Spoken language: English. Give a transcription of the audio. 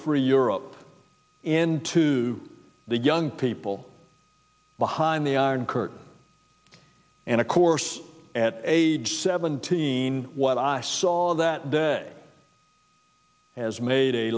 free europe into the young people behind the iron curtain and of course at age seventeen what i saw that day has made a